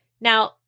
Now